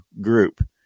group